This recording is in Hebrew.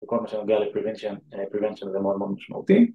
כל מה שנוגע לפרינציאן, פרינציאן זה מאוד מאוד משמעותי